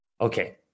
Okay